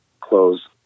close